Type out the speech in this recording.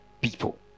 people